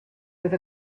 with